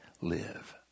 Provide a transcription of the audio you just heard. live